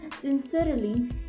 Sincerely